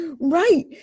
Right